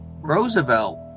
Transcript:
roosevelt